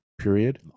period